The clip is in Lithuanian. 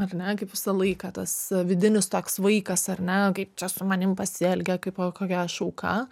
ar ne kaip visą laiką tas vidinis toks vaikas ar ne kaip čia su manim pasielgė kaip o kokia aš auka